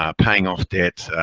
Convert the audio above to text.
um paying off debt,